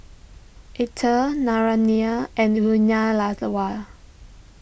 Atal Naraina and